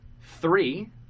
Three